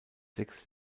sechs